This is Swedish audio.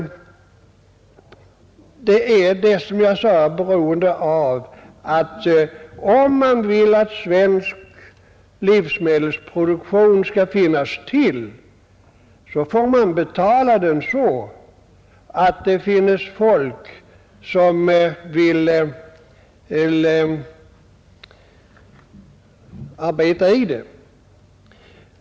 Om man nämligen vill att svensk livsmedelsproduktion skall finnas till får man betala så för den att folk vill arbeta inom den.